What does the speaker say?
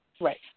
right